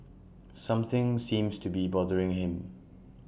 something seems to be bothering him